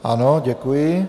Ano, děkuji.